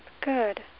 Good